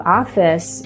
office